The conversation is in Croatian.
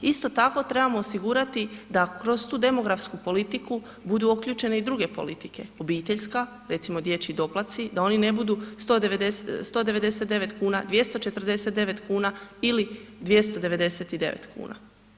Isto tako trebamo osigurati da kroz tu demografsku politiku budu uključene i druge politike, obiteljska, recimo dječji doplaci da oni ne budu 199 kuna, 249 kuna ili 299 kuna.